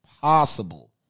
possible